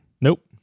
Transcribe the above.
Nope